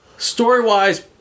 Story-wise